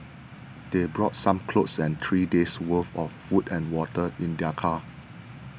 they brought some clothes and three days' worth of food and water in their car